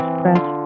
press